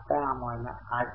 आता आम्हाला 8